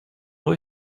rue